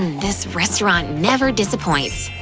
this restaurant never disappoints!